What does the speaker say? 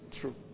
true